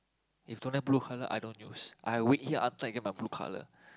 if don't have blue color I don't use I wait here until I get my blue color